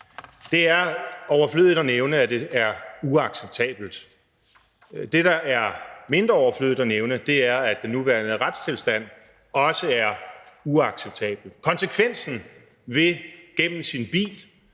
Det er overflødigt at nævne, at det er uacceptabelt. Det, der er mindre overflødigt at nævne, er, at den nuværende retstilstand også er uacceptabel. Konsekvensen ved med sin bil